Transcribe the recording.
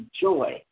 joy